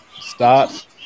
start